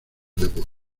debut